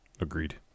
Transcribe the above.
Agreed